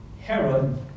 Herod